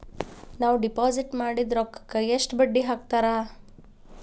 ನಾವು ಡಿಪಾಸಿಟ್ ಮಾಡಿದ ರೊಕ್ಕಿಗೆ ಎಷ್ಟು ಬಡ್ಡಿ ಹಾಕ್ತಾರಾ?